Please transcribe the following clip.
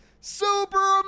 Super